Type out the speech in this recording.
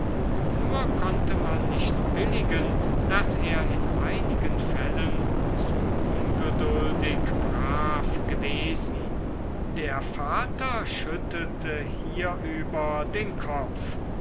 nur konnte man nicht billigen daß er in einigen fällen zu ungeduldig brav gewesen der vater schüttelte hierüber den kopf